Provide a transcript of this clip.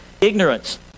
ignorance